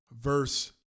verse